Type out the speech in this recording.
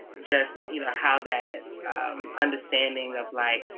just you know how that understanding of, like,